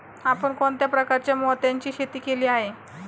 आपण कोणत्या प्रकारच्या मोत्यांची शेती केली आहे?